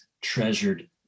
treasured